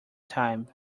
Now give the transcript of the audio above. time